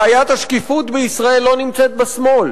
בעיית השקיפות בישראל לא נמצאת בשמאל,